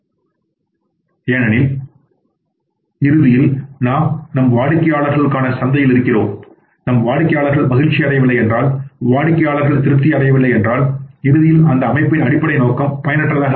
இப் இட்ஏனெனில் இறுதியில் நாம் நம் வாடிக்கையாளர்களுக்கான சந்தையில் இருக்கிறோம் நம் வாடிக்கையாளர்கள் மகிழ்ச்சியடையவில்லை என்றால் வாடிக்கையாளர்கள் திருப்தி அடையவில்லை என்றால் இறுதியில் அந்த அமைப்பின் அடிப்படை நோக்கம் பயனற்றதாக போய்விடும்